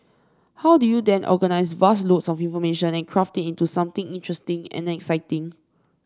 how do you then organise vast loads of information and craft it into something interesting and exciting